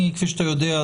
כפי שאתה יודע,